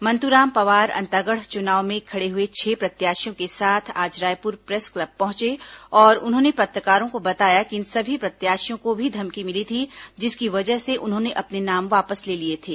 मंतूराम पवार अंतागढ़ चुनाव में खड़े हुए छह प्रत्याशियों के साथ आज रायपुर प्रेस क्लब पहुंचे और उन्होंने पत्रकारों को बताया कि इन सभी प्रत्याशियों को भी धमकी मिली थी जिसकी वजह से उन्होंने अपने नाम वापस ले लिए थे